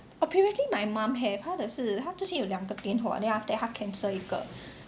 oh previously my mum have 她的是她之前有两个电话 then after that 她 cancel 一个